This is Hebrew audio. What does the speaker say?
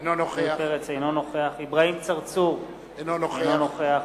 אינו נוכח אברהים צרצור, אינו נוכח